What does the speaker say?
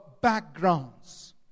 backgrounds